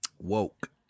woke